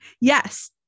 Yes